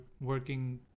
working